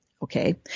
Okay